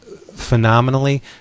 phenomenally